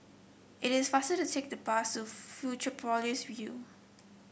it is faster to take the bus to Fusionopolis View